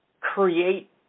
create